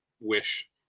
wish